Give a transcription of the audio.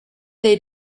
they